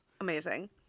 Amazing